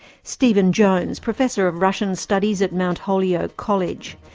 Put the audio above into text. stephen jones, professor of russian studies at mount holyoke college.